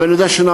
ואני יודע שנעשו,